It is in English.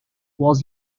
was